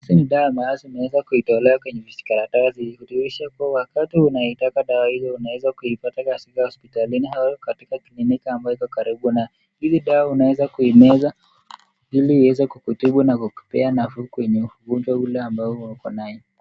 Hizi ni dawa ambazo zimeezwa kutolawa kwenye vijikaratasi kudhibitisha kuwa wakati unaitaka dawa hizi unaeza kuipata katika hospitalini ama kliniki ambayo iko karibu nawe. Hii dawa unaeza kuimeza ili uweze kukutibu na kukupea nafuu kwenye ugonjwa ule ambao uko nayo.